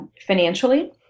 financially